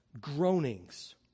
groanings